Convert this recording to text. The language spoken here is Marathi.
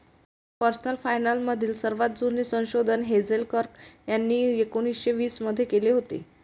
पर्सनल फायनान्स मधील सर्वात जुने संशोधन हेझेल कर्क यांनी एकोन्निस्से वीस मध्ये केले होते